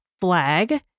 flag